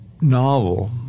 novel